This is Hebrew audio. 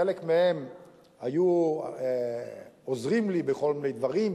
חלק מהם היו עוזרים לי בכל מיני דברים,